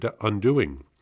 undoing